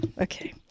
okay